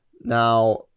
Now